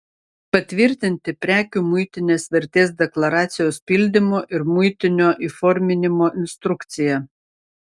patvirtinti prekių muitinės vertės deklaracijos pildymo ir muitinio įforminimo instrukciją